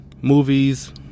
movies